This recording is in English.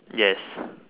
yes